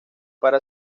para